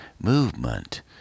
movement